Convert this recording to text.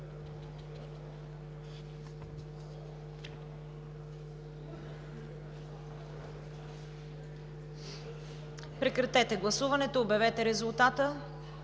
Прекратете гласуването и обявете резултата.